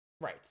right